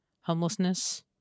Homelessness